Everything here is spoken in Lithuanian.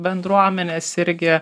bendruomenės irgi